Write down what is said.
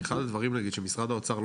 אחד הדברים נגיד שמשרד האוצר,